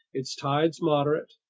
its tides moderate,